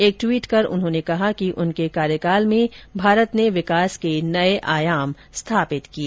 एक ट्वीट कर उन्होंने कहा कि उनके कार्यकाल में भारत ने विकास के नए आयाम स्थापित किए